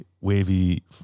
wavy